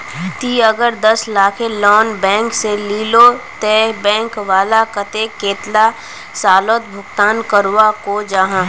ती अगर दस लाखेर लोन बैंक से लिलो ते बैंक वाला कतेक कतेला सालोत भुगतान करवा को जाहा?